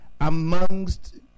amongst